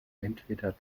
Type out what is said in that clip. entweder